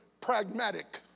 pragmatic